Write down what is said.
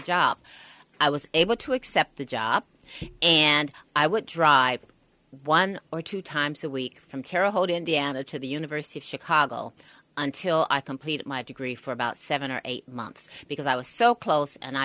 job i was able to accept the job and i would drive one or two times a week from terre haute indiana to the university of chicago until i completed my degree for about seven or eight months because i was so close and i